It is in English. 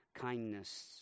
kindness